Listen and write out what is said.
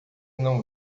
não